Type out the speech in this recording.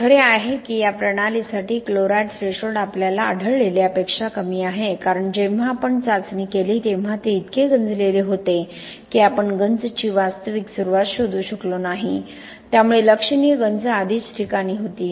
हे खरे आहे की या प्रणालीसाठी क्लोराईड थ्रेशोल्ड आपल्याला आढळलेल्यापेक्षा कमी आहे कारण जेव्हा आपण चाचणी केली तेव्हा ते इतके गंजलेले होते की आपण गंजची वास्तविक सुरुवात शोधू शकलो नाही त्यामुळे लक्षणीय गंज आधीच ठिकाणी होती